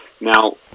Now